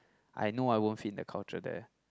I know I won't fit in the culture there